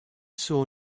saw